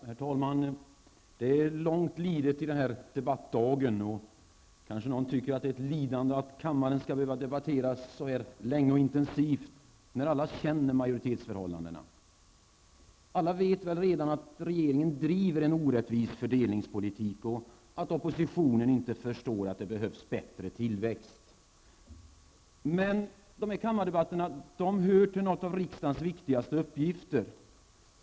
Herr talman! Det är långt lidet på den här debattdagen, och kanske någon tycker att det är ett lidande att kammaren skall behöva debattera så länge och intensivt när alla känner majoritetsförhållandena. Alla vet väl redan att regeringen driver en orättvis fördelningspolitik och att oppositionen inte förstår att det behövs bättre tillväxt. Men kammardebatterna hör till riksdagens viktigaste uppgifter.